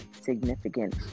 significant